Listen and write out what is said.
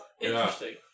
interesting